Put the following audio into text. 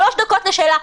שלוש דקות לשאלה,